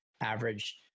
average